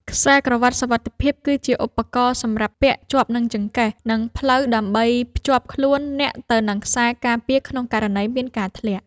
ខ្សែក្រវាត់សុវត្ថិភាព គឺជាឧបករណ៍សម្រាប់ពាក់ជាប់នឹងចង្កេះ និងភ្លៅ ដើម្បីភ្ជាប់ខ្លួនអ្នកទៅនឹងខ្សែការពារក្នុងករណីមានការធ្លាក់។